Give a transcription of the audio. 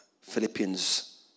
Philippians